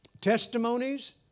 testimonies